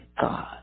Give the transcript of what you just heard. God